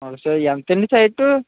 so ఎంతండీ site